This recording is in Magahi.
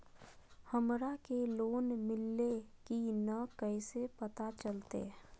हमरा के लोन मिल्ले की न कैसे पता चलते?